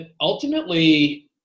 ultimately